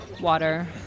water